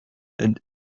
and